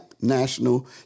National